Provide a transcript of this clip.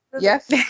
Yes